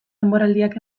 denboraldiak